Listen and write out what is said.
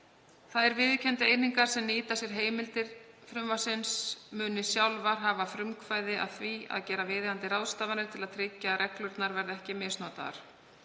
Þær viðurkenndu einingar sem nýta sér heimildir frumvarpsins muni sjálfar hafa frumkvæði að því að gera viðeigandi ráðstafanir til að tryggja að reglurnar verði ekki misnotaðar.